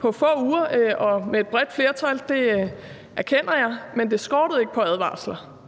på få uger og med et bredt flertal – det erkender jeg – men det skortede ikke på advarsler,